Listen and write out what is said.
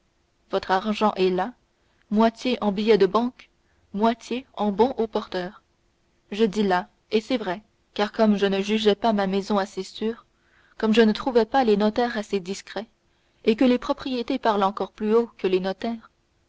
votre argent est là moitié en billets de banque moitié en bons au porteur je dis là et c'est vrai car comme je ne jugeais pas ma maison assez sûre comme je ne trouvais pas les notaires assez discrets et que les propriétés parlent encore plus haut que les notaires